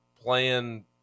playing